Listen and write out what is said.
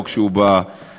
או כשהוא באופוזיציה.